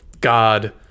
God